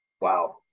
Wow